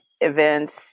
events